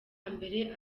mbere